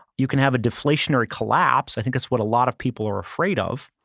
you can have a deflationary collapse, i think that's what a lot of people are afraid of.